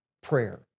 prayer